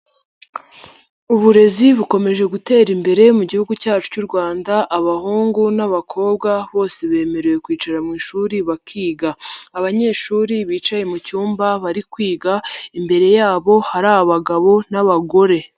Uburezi bukomeje gutera imbere mu gihugu cyacu cy'u Rwanda, abahungu n'abakobwa bose bemerewe kwicara mu ishuri bakiga. abanyeshuri bicaye mu cyumba, bari kwiga imbere yabo hari abagabo n'abagore.